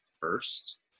first